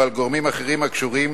או על גורמים אחרים הקשורים,